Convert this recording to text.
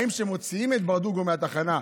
האם כשמוציאים את ברדוגו מהתחנה,